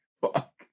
Fuck